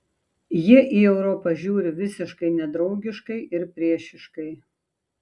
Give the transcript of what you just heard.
jie į europą žiūri visiškai nedraugiškai ir priešiškai